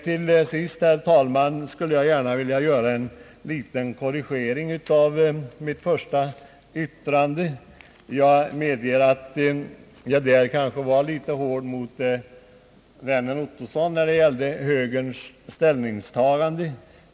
Till sist, herr talman, skulle jag gärna vilja göra en liten korrigering av mitt första yttrande. Jag medger att jag kanske var litet hård mot vännen Ottosson när det gällde högerns ställningstagande.